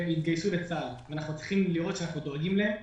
אנחנו צריכים לראות שאנחנו דואגים להם,